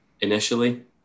initially